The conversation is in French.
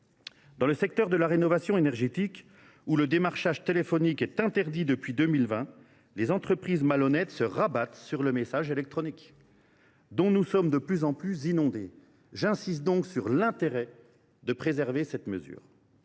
Dans le secteur de la rénovation énergétique, où le démarchage téléphonique est interdit depuis 2020, les entreprises malhonnêtes se rabattent sur les messages électroniques, dont nous sommes de plus en plus inondés. J’insiste donc sur l’intérêt de préserver cette mesure.